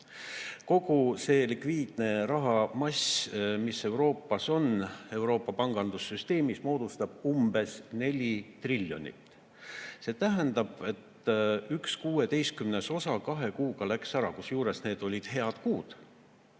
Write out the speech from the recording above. Kogu see likviidne rahamass, mis Euroopas on, Euroopa pangandussüsteemis, moodustab umbes 4 triljonit. See tähendab, et üks kuueteistkümnes osa kahe kuuga läks ära. Kusjuures need olid head kuud,